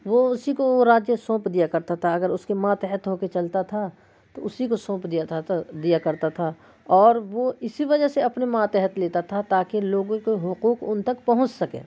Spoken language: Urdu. وہ اسی کو وہ علاقے سونپ دیا کرتا تھا اگر اس کے ماتحت ہو کے چلتا تھا تو اسی کو سونپ دیا كرتا تھا اور وہ اسی وجہ سے اپنے ماتحت لیتا تھا تاکہ لوگوں کے حقوق ان تک پہنچ سکے